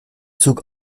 zug